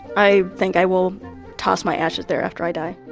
i think i will toss my ashes there after i die.